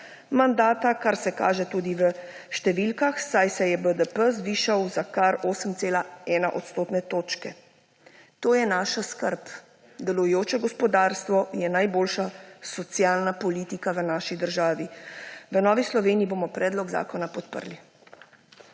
mandata, kar se kaže tudi v številkah, saj se je BDP zvišal za kar 8,1 odstotne točke. To je naša skrb, delujoče gospodarstvo je najboljša socialna politika v naši državi. V Novi Sloveniji bomo predlog zakona podprli.